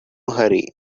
hurry